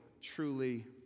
truly